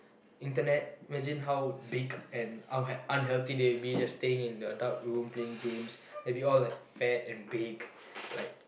internet imagine how big and how unh~ unhealthy they'll be just staying in the dark room playing games maybe all like fat and big like